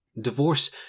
Divorce